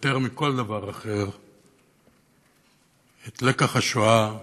יותר מכל דבר אחר את לקח השואה